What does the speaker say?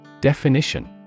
Definition